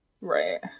right